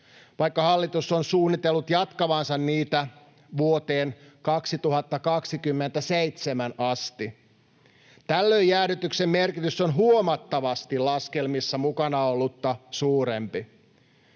vaikka hallitus on suunnitellut jatkavansa niitä vuoteen 2027 asti. Tällöin jäädytyksen merkitys on huomattavasti laskelmissa mukana ollutta suurempi.